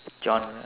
genre